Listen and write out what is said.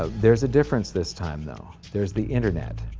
ah there's a difference this time, though there's the internet.